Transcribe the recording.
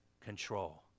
control